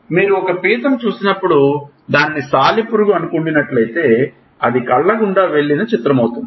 మీరు ఒక పీతను చూసినప్పుడు దానిని సాలెపురుగు అనుకుండినట్లైతే అది కళ్ళ గుండా వెల్లిన చిత్రమౌతుంది